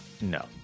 No